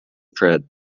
tread